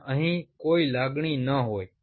અને અહીં કોઈ લાગણી ન હોય